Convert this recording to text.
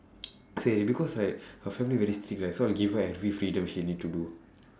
say because like her family very serious so I'll give her every freedom she need to do